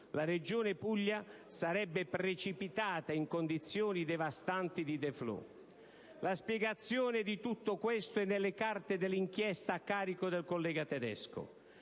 la Regione Puglia sarebbe precipitata in condizioni devastanti di *default*. La spiegazione di tutto questo è nelle carte dell'inchiesta a carico del collega Tedesco,